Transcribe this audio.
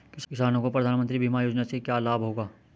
किसानों को प्रधानमंत्री बीमा योजना से क्या लाभ होगा?